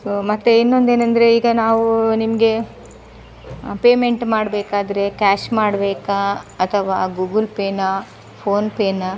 so ಮತ್ತೆ ಇನ್ನೊಂದು ಏನಂದರೆ ಈಗ ನಾವು ನಿಮಗೆ ಪೇಮೆಂಟ್ ಮಾಡ್ಬೇಕಾದರೆ ಕ್ಯಾಶ್ ಮಾಡಬೇಕಾ ಅಥವಾ ಗೂಗುಲ್ ಪೇನ ಫೋನ್ಪೇನ